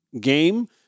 game